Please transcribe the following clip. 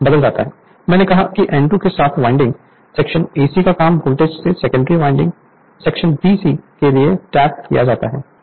Refer Slide Time 1959 मैंने कहा कि N2 के साथ वाइंडिंग सेक्शन AC को कम वोल्टेज के सेकेंडरी वाइंडिंग सेक्शन BC के लिए टैप किया जाता है